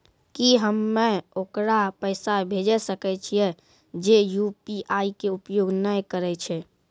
की हम्मय ओकरा पैसा भेजै सकय छियै जे यु.पी.आई के उपयोग नए करे छै?